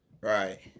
Right